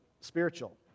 spiritual